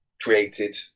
created